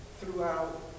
throughout